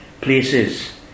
places